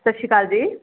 ਸਤਿ ਸ਼੍ਰੀ ਅਕਾਲ ਜੀ